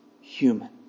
human